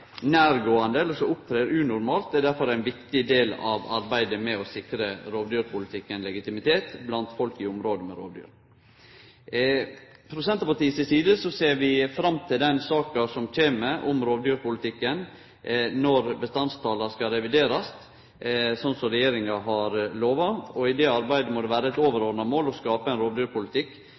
nærgåande eller opptrer unormalt, er derfor ein viktig del av arbeidet med å sikre rovdyrpolitikken legitimitet blant folk i område med rovdyr. Frå Senterpartiet si side ser vi fram til den saka som kjem om rovdyrpolitikken når bestandstala skal reviderast, slik regjeringa har lova. I det arbeidet må det vere eit overordna mål å skape ein